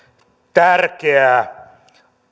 tärkeä